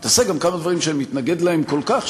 תעשה גם כמה דברים שאני מתנגד להם כל כך,